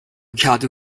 کدو